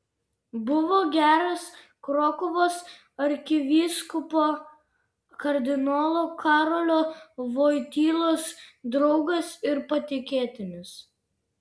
buvo geras krokuvos arkivyskupo kardinolo karolio vojtylos draugas ir patikėtinis